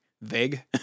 vague